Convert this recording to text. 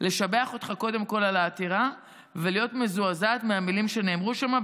לשבח אותך קודם כול על העתירה ולהיות מזועזעת מהמילים שנאמרו שם,